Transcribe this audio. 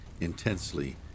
intensely